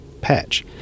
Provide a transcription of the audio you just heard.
patch